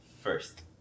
first